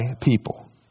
people